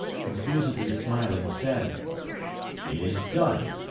confusedly smiling, said it is done.